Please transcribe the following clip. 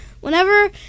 Whenever